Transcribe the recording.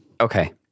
Okay